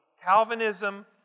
Calvinism